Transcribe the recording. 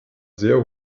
sehr